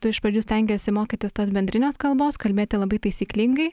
tu iš pradžių stengiesi mokytis tos bendrinės kalbos kalbėti labai taisyklingai